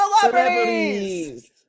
celebrities